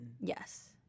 Yes